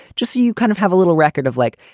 just you kind of have a little record of like,